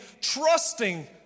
trusting